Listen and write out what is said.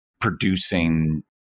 producing